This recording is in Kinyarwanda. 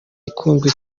ikunzwe